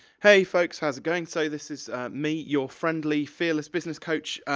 hey, folks, how's it going? so this is me, your friendly, fearless business coach.